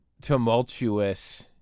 tumultuous